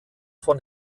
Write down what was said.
von